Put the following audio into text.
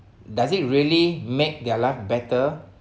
does it really make their life better